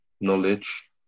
knowledge